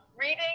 Reading